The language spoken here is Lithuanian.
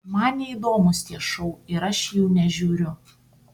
man neįdomūs tie šou ir aš jų nežiūriu